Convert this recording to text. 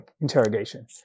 interrogation